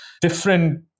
different